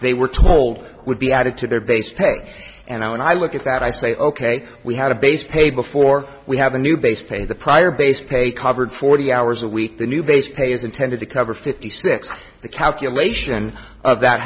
they were told would be added to their base pay and i when i look at that i say ok we had a base pay before we have a new base pay the prior base pay covered forty hours a week the new base pay is intended to cover fifty six the calculation of that